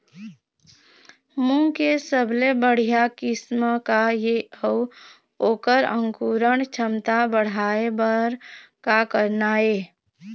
मूंग के सबले बढ़िया किस्म का ये अऊ ओकर अंकुरण क्षमता बढ़ाये बर का करना ये?